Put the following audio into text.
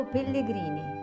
Pellegrini